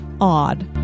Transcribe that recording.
odd